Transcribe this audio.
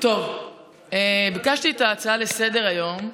ביקשתי את ההצעה לסדר-היום,